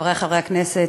חברי חברי הכנסת,